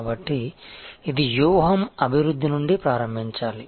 కాబట్టి ఇది వ్యూహం అభివృద్ధి నుండి ప్రారంభించాలి